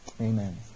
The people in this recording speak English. Amen